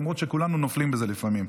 למרות שכולנו נופלים בזה לפעמים.